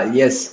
yes